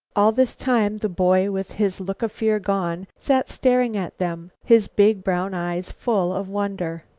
all this time the boy, with his look of fear gone, sat staring at them, his big brown eyes full of wonder.